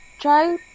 Try